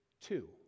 two